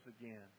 again